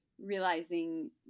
realizing